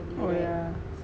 oh yeah